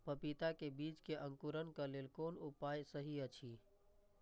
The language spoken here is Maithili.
पपीता के बीज के अंकुरन क लेल कोन उपाय सहि अछि?